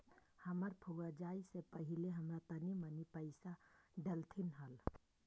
हमर फुआ जाए से पहिले हमरा तनी मनी पइसा डेलथीन हल